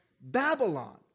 Babylon